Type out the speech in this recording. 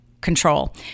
control